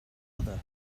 other